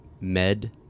med